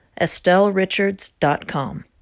estellerichards.com